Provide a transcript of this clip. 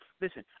Listen